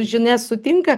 žinias sutinka